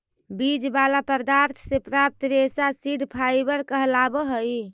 बीज वाला पदार्थ से प्राप्त रेशा सीड फाइबर कहलावऽ हई